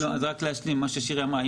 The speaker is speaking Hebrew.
רק להשלים את מה ששירי אמרה.